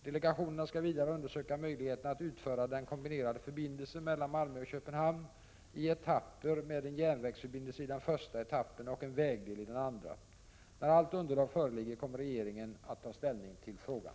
Delegationerna skall vidare undersöka möjligheterna att utföra den kombinerade förbindelsen mellan Malmö och Köpenhamn i etapper med en järnvägsförbindelse i den första etappen och en vägdel i den andra. När allt underlag föreligger kommer regeringen att ta ställning till frågan.